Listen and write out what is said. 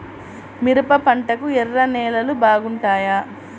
మిరప పంటకు ఎర్ర నేలలు బాగుంటాయా?